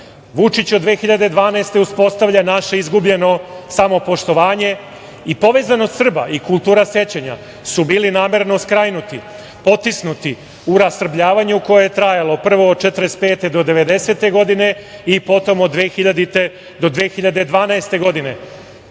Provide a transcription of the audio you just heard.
Srba. Vučić od 2012. godine uspostavlja naše izgubljeno samopoštovanje i povezanost Srba i kultura sećanja su bili namerno skrajnuti, potisnuti, u rasrbljavanju koje je trajalo prvo od 1945. do 1990. godine i potom od 2000. do 2012. godine. To